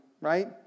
right